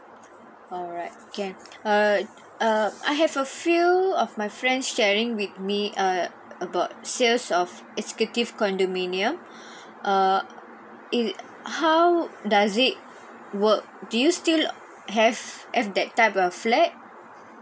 alright can uh uh I have a few of my friend sharing with me err about sales of executive condominium err it how does it work do you still have have that type of flat